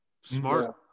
Smart